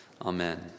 Amen